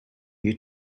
you